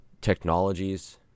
technologies